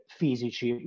fisici